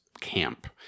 camp